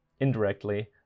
indirectly